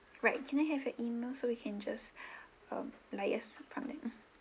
right can I have your email so we can just um liaise from there